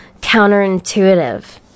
counterintuitive